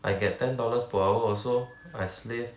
I get ten dollars per hour also I slave